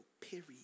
period